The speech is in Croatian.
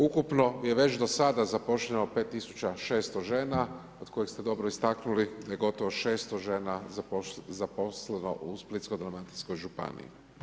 Ukupno je već do sada zaposleno 5.600 žena od kojih ste dobro istaknuli je gotovo 600 žena zaposleno u Splitsko-dalmatinskoj županiji.